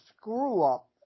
screw-up